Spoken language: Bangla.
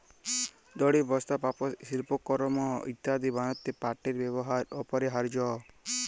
দড়ি, বস্তা, পাপস, সিল্পকরমঅ ইত্যাদি বনাত্যে পাটের ব্যেবহার অপরিহারয অ